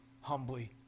humbly